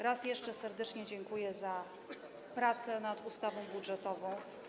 Raz jeszcze serdecznie dziękuję za prace nad ustawą budżetową.